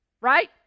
Right